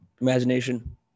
imagination